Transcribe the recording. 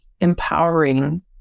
empowering